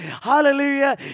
Hallelujah